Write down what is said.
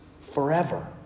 forever